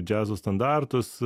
džiazo standartus